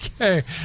Okay